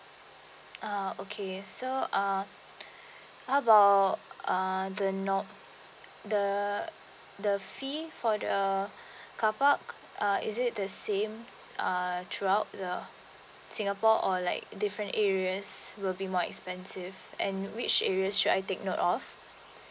ah okay so uh how about uh th~ th~ the fee for the carpark uh is it the same uh throughout the singapore or like different areas will be more expensive and which areas should I take note of